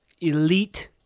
elite